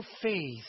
faith